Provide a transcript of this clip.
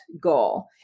goal